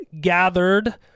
gathered